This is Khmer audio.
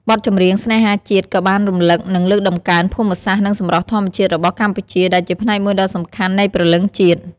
បទចម្រៀងស្នេហាជាតិក៏បានរំលឹក និងលើកតម្កើង ភូមិសាស្ត្រ និងសម្រស់ធម្មជាតិ របស់កម្ពុជា ដែលជាផ្នែកមួយដ៏សំខាន់នៃព្រលឹងជាតិ។